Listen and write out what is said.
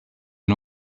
and